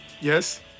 Yes